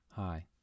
Hi